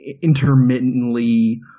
intermittently